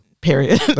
Period